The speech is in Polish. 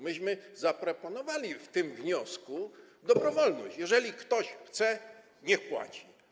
Myśmy zaproponowali w tym wniosku dobrowolność: jeżeli ktoś chce, niech płaci.